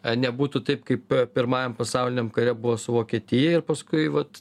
a nebūtų taip kaip pirmajam pasauliniam kare buvo su vokietija ir paskui vat